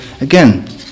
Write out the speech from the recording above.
Again